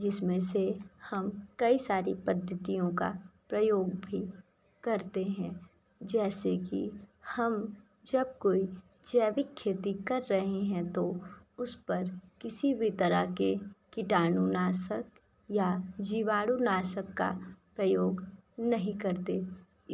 जिसमें से हम कई सारी पद्धतियों का प्रयोग भी करते हैं जैसे कि हम जब कोई जैविक खेती कर रह हैं तो उस पर किसी भी तरह के किटाणु नाशक या जीवाणु नाशक का प्रयोग नहीं करते